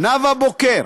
נאוה בוקר,